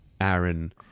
Aaron